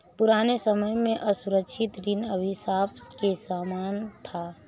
पुराने समय में असुरक्षित ऋण अभिशाप के समान था